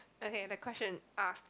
okay the question asked